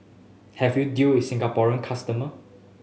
have you dealt with the Singaporean customer